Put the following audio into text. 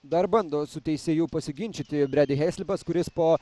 dar bando su teisėju pasiginčyti bredi heislipas kuris po